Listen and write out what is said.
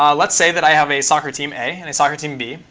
um let's say that i have a soccer team a and a soccer team b,